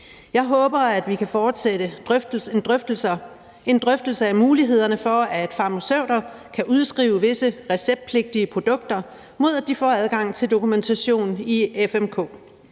Jeg håber, at vi kan fortsætte en drøftelse af mulighederne for, at farmaceuter kan udskrive visse receptpligtige produkter, mod at de får adgang til dokumentation i FMK.